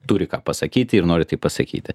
turi ką pasakyti ir nori tai pasakyti